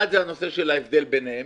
אחד זה הנושא של ההבדל ביניהם,